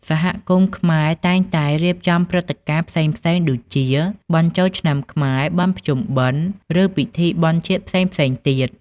សហគមន៍ខ្មែរតែងតែរៀបចំព្រឹត្តិការណ៍ផ្សេងៗដូចជា បុណ្យចូលឆ្នាំខ្មែរ បុណ្យភ្ជុំបិណ្ឌ ឬពិធីបុណ្យជាតិផ្សេងៗទៀត ។